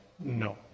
No